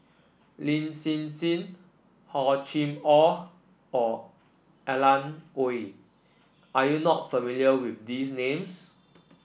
Lin Hsin Hsin Hor Chim Or Or Alan Oei are you not familiar with these names